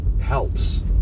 helps